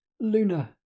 Luna